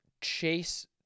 chase